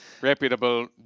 reputable